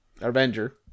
Avenger